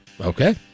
Okay